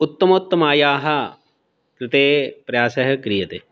उत्तमोत्तमायाः कृते प्रयासः क्रियते